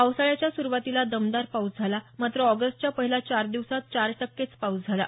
पावसाळ्याच्या सुरवातीला दमदार पाऊस झाला मात्र ऑगस्टच्या पहिल्या पाच दिवसात चार टक्केच पाऊस झाला